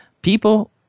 People